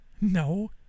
No